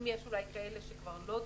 אולי יש כאלה שכבר לא דרושים.